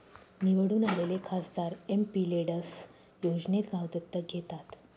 निवडून आलेले खासदार एमपिलेड्स योजनेत गाव दत्तक घेतात